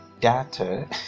data